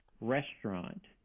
restaurant